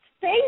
face